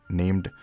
named